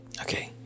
Okay